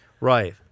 Right